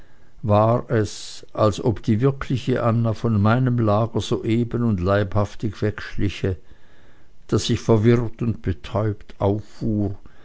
war es als ob die wirkliche anna von meinem lager soeben und leibhaftig wegschliche daß ich verwirrt und betäubt auffuhr